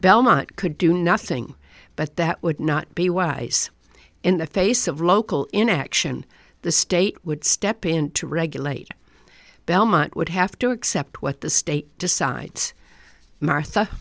belmont could do nothing but that would not be wise in the face of local inaction the state would step in to regulate belmont would have to accept what the state decides martha